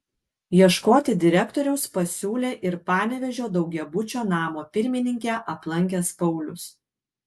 ieškoti direktoriaus pasiūlė ir panevėžio daugiabučio namo pirmininkę aplankęs paulius